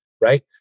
right